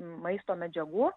maisto medžiagų